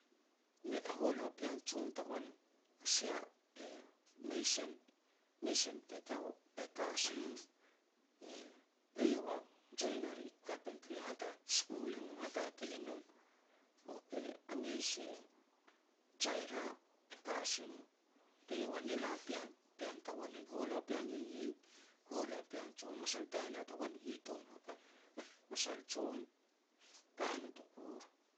Me a hualu a pean jon tagoan, a sia e Masson, Masson Petau, e ka si no. E-eiau a joinery carpentry hatat skul e mou hatatei e mou. Okay a mes e Jairah e ka si no. Eiau a nina pean-pean tagoan ien, hualu a pean hihin, hualu a pean jon. Masal taheleau tagoan i hitom hakap, masal jon, ka notokur.